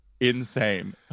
insane